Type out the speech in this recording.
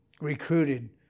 recruited